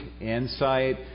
insight